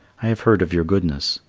i have heard of your goodness.